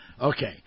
Okay